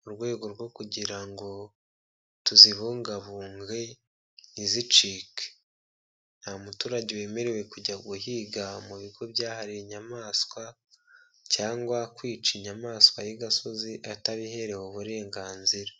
murwego rwo kugira ngo tuzibungabunge ntizicike, nta muturage wemerewe kujya guhiga mu bigo bya hariwe inyamaswa cyangwa kwica inyamaswa y'igasozi atabiherewe uburenganzira.